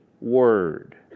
word